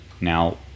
Now